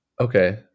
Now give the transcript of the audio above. Okay